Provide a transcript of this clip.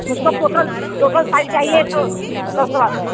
उसको total total sari चाहिए तो सौ सौ आ गए